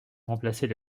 remplacer